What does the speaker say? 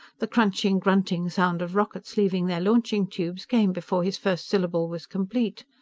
the crunching, grunting sound of rockets leaving their launching tubes came before his first syllable was complete.